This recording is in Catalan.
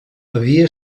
havia